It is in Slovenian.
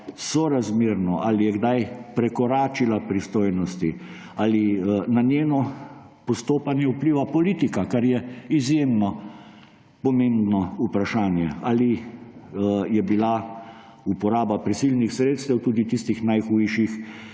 sorazmerno, ali je kdaj prekoračila pristojnosti, ali na njeno postopanje vpliva politika, kar je izjemno pomembno vprašanje, ali je bila uporaba prisilnih sredstev, tudi tistih najhujših,